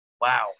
Wow